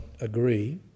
agree